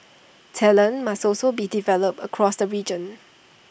talent must also be developed across the region